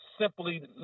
simply